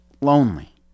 lonely